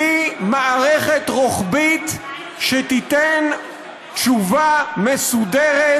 בלי מערכת רוחבית שתיתן תשובה מסודרת,